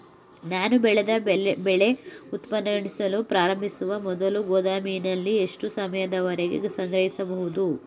ನಾನು ಬೆಳೆದ ಬೆಳೆ ಉತ್ಪನ್ನ ಕ್ಷೀಣಿಸಲು ಪ್ರಾರಂಭಿಸುವ ಮೊದಲು ಗೋದಾಮಿನಲ್ಲಿ ಎಷ್ಟು ಸಮಯದವರೆಗೆ ಸಂಗ್ರಹಿಸಬಹುದು?